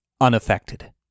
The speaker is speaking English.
unaffected